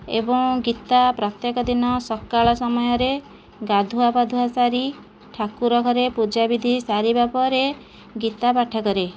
ଏବଂ ଗୀତା ପ୍ରତ୍ୟେକଦିନ ସକାଳ ସମୟରେ ଗାଧୁଆ ପାଧୁଆ ସାରି ଠାକୁର ଘରେ ପୂଜାବିଦ୍ଧି ସାରିବା ପରେ ଗୀତାପାଠ କରେ